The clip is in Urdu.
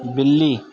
بلی